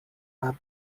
are